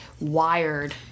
wired